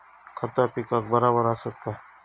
खता पिकाक बराबर आसत काय?